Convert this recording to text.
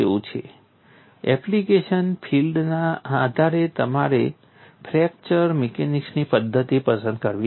તેથી એપ્લિકેશન ફીલ્ડના આધારે તમારે ફ્રેક્ચર મિકેનિક્સની પદ્ધતિ પસંદ કરવી પડશે